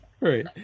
Right